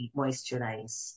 moisturize